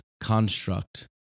construct